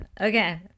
Okay